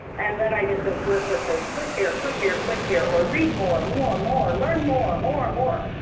and then i get this list that says click here, click here, click here or read more, and more, more, and learn more, and more, and more.